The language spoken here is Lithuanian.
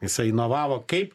jisai inovavo kaip